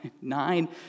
nine